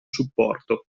supporto